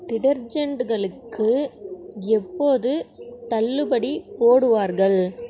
டிடர்ஜெண்டுகளுக்கு எப்போதுத் தள்ளுபடி போடுவார்கள்